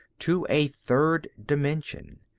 to a third dimension.